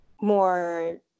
more